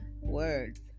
words